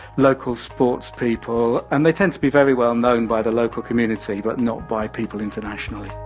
local sports people. and they tend to be very well known by the local community but not by people internationally.